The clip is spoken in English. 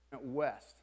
west